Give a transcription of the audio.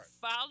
Follow